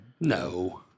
No